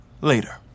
later